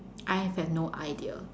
I have no idea